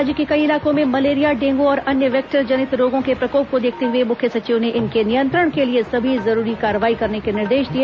राज्य के कई इलाकों में मलेरिया डेंगू और अन्य वेक्टर जनित रोगों के प्रकोप को देखते हुए मुख्य सचिव ने इनके नियंत्रण के लिए सभी जरूरी कार्रवाई करने के निर्देश दिए